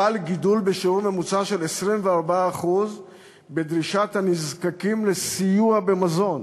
חל גידול בשיעור ממוצע של 24% בדרישת הנזקקים לסיוע במזון,